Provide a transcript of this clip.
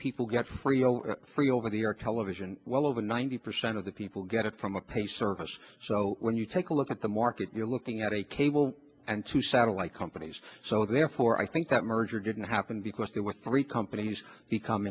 people get free free over the york television well over ninety percent of the people get it from a pay service so when you take a look at the market you're looking at a cable and two satellite companies so therefore i think that merger didn't happen because there were three companies to come